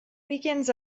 weekends